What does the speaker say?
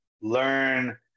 learn